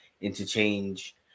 interchange